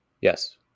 Yes